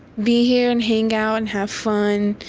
be here, and hang out, and have fun.